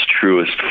truest